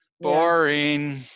boring